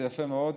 זה יפה מאוד.